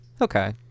Okay